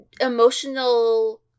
emotional